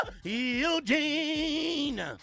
Eugene